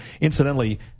Incidentally